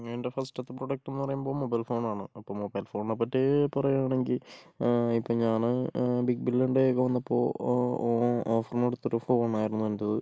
എൻ്റെ ഫസ്റ്റത്തെ പ്രൊഡക്റ്റ് എന്ന് പറയുമ്പോൾ മൊബൈൽ ഫോണാണ് അപ്പോൾ മൊബൈൽ ഫോണിനെപ്പറ്റി പറയുകയാണെങ്കിൽ ഇപ്പോൾ ഞാൻ ബിഗ് ബില്ല്യൺ ഡേ ഒക്കെ വന്നപ്പോൾ ഓഫറിനെടുത്ത ഒരു ഫോണായിരുന്നു എന്റേത്